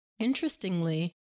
Interestingly